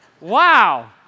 Wow